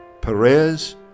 Perez